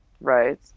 right